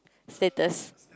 featest